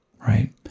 right